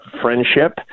friendship